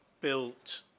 built